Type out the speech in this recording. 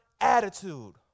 attitude